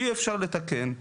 אי אפשר לתקן.